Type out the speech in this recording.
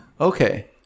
Okay